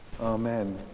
Amen